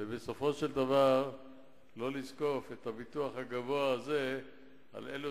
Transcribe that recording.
ובסופו של דבר לא להטיל את הביטוח הגבוה הזה על אלו